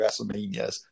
WrestleManias